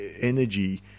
energy